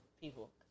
people